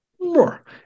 More